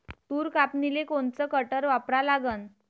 तूर कापनीले कोनचं कटर वापरा लागन?